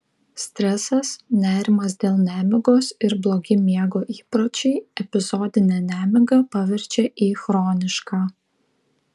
stresas nerimas dėl nemigos ir blogi miego įpročiai epizodinę nemigą paverčia į chronišką